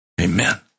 Amen